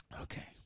Okay